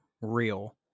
real